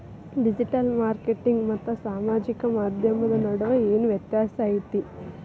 digital marketing ಮತ್ತ ಸಾಮಾಜಿಕ ಮಾಧ್ಯಮದ ನಡುವ ಏನ್ ವ್ಯತ್ಯಾಸ ಐತಿ